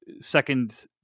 second